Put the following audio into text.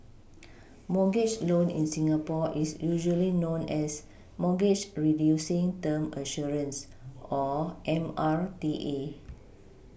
mortgage loan in Singapore is usually known as mortgage Reducing term Assurance or M R T A